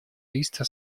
триста